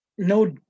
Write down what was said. no